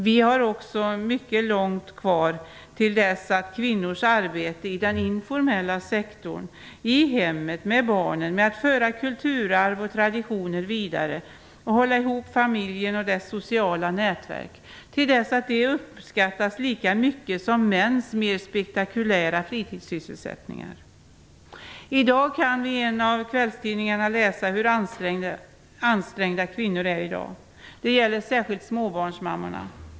Vi har mycket långt kvar till dess att kvinnors arbete i den informella sektorn - i hemmet med barnen, med att föra kulturarv och traditioner vidare och med att hålla ihop familjen och dess sociala nätverk - uppskattas lika mycket som mäns mer spektakulära fritidssysselsättningar. I dag kan vi i en av kvällstidningarna läsa om hur ansträngda kvinnor numera är. Det gäller särskilt småbarnsmammorna.